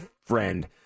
friend